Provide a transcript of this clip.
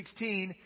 16